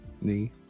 Knee